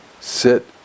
sit